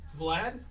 Vlad